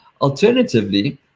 Alternatively